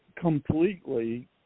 completely